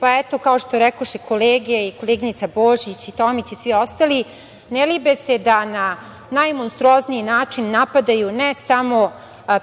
pa eto, kao što rekoše kolege i koleginica Božić i Tomić i svi ostali, ne libe se da na najmonstruozniji način napadaju ne samo